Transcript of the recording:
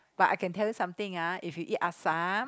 but I can tell you something ah if you eat assam